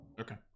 Okay